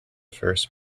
first